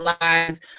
live